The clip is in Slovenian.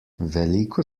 veliko